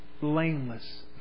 blameless